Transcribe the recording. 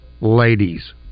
Ladies